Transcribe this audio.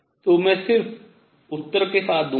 तो मैं सिर्फ उत्तर के साथ दूंगा